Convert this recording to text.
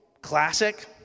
classic